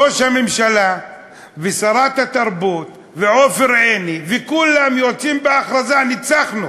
ראש הממשלה ושרת התרבות ועופר עיני וכולם יוצאים בהכרזה: ניצחנו.